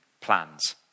plans